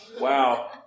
Wow